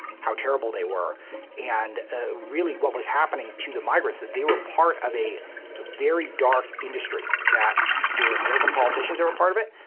how terrible they were and really what was happening to the migrants, that they were part of a very dark industry that there were american politicians that were part of it,